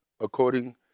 according